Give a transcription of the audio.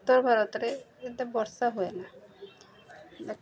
ଉତ୍ତର ଭାରତରେ ଯେତେ ବର୍ଷା ହୁଏନା